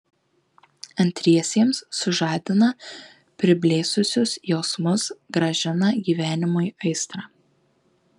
antriesiems sužadina priblėsusius jausmus grąžina gyvenimui aistrą